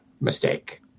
mistake